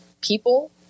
people